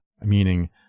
meaning